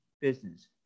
business